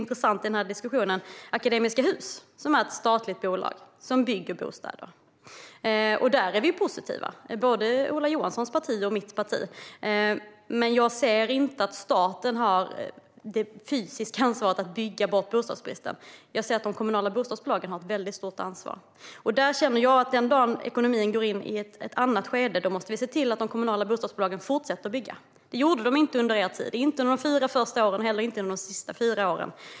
Det är en intressant diskussion eftersom det är ett statligt bolag som bygger bostäder. Både Ola Johanssons parti och mitt parti är positiva. Men jag anser inte att staten har det fysiska ansvaret att bygga bort bostadsbristen. Däremot anser jag att de kommunala bostadsbolagen har ett stort ansvar. Den dagen ekonomin går in i ett annat skede måste vi se till att de kommunala bostadsbolagen fortsätter att bygga. Det gjorde de inte under er regeringstid, inte under de fyra första åren och inte heller under de sista fyra åren.